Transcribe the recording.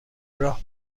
راه